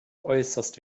äußerst